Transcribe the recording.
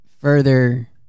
further